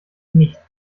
nicht